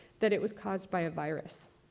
that it was caused by a virus.